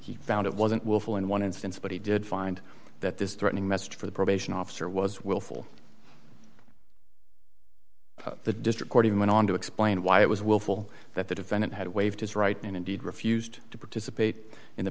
he found it wasn't willful in one instance but he did find that this threatening message for the probation officer was willful the district court even went on to explain why it was willful that the defendant had waived his right and indeed refused to participate in the